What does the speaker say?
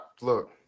look